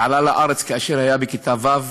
שעלה לארץ כאשר היה בכיתה ו',